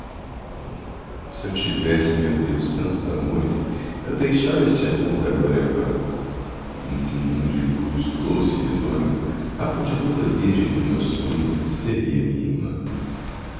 se eu tivesse meu deus santos amores eu deixara este amor da glória vã nesse mundo de luz doce e risonho a pudibunda virgem do meu sonho seria minha irmã